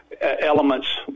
elements